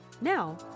now